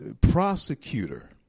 prosecutor